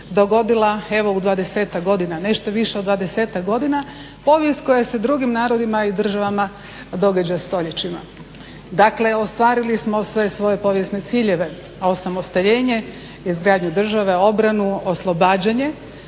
dogodila evo u 20-tak godina, nešto više od 20-tak godina. Povijest koja se drugim narodima i državama događa stoljećima. Dakle, ostvarili smo sve svoje povijesne ciljeve a osamostaljenje, izgradnju države, obranu, oslobađanje